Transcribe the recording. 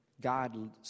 God